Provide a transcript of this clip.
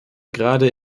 gerade